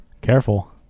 Careful